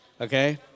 Okay